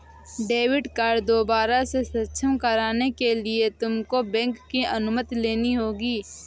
debit card दोबारा से सक्षम कराने के लिए तुमको बैंक की अनुमति लेनी होगी